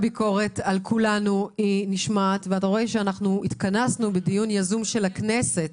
הביקורת נשמעת ואתה רואה שהתכנסנו בדיון יזום של הכנסת.